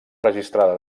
registrada